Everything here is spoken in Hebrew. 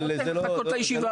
אבל זה כך,